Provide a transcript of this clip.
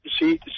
see